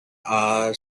our